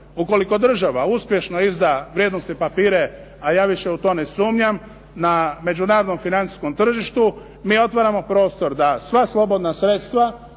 ukoliko država uspješno izda vrijednosne papire, a ja više u to ne sumnjam, na međunarodnom financijskom tržištu mi otvaramo prostor da sva slobodna sredstva